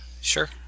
sure